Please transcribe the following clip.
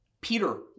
Peter